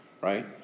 Right